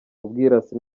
ubwirasi